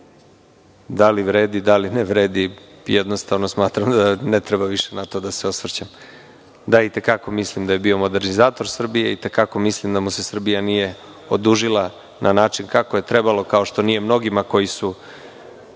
da li vredi, da li ne vredi, jednostavno smatram da ne treba više na to da se osvrćemo. Da, i te kako mislim da je bio modernizator Srbije, i te kako mislim da mu se Srbija nije odužila na način kako je trebalo, kao što nije mnogima koji su